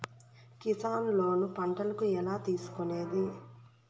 Kisan loan పంటలకు ఎలా తీసుకొనేది?